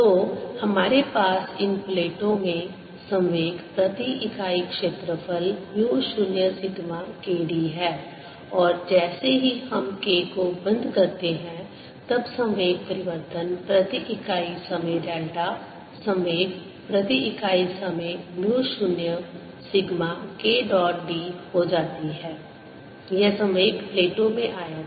तो हमारे पास इन प्लेटों में संवेग प्रति इकाई क्षेत्रफल म्यू 0 सिग्मा K d है और जैसे ही हम K को बंद करते हैं तब संवेग परिवर्तन प्रति इकाई समय डेल्टा संवेग प्रति इकाई समय mu 0 sigma K dot d हो जाती है यह संवेग प्लेटों मेंआया था